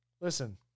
listen